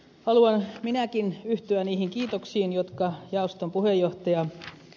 haluan minäkin yhtyä niihin kiitoksiin jotka jaoston puheenjohtaja ed